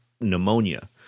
pneumonia